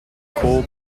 coal